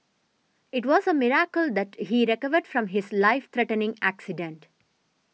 it was a miracle that he recovered from his life threatening accident